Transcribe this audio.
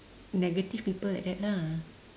negative people like that lah